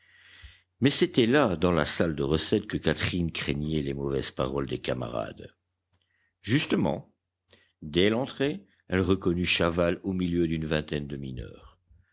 mais c'était là dans la salle de recette que catherine craignait les mauvaises paroles des camarades justement dès l'entrée elle reconnut chaval au milieu d'une vingtaine de mineurs